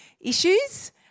issues